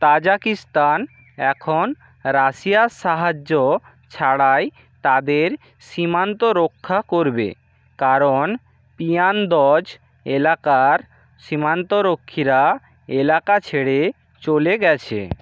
Tajikistan এখন রাশিয়ার সাহায্য ছাড়াই তাদের সীমান্ত রক্ষা করবে কারণ পিয়ান্দজ এলাকার সীমান্ত রক্ষীরা এলাকা ছেড়ে চলে গেছে